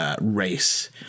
race